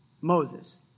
Moses